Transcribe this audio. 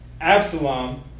Absalom